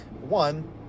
one